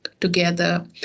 together